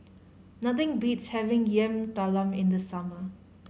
nothing beats having Yam Talam in the summer